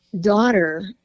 daughter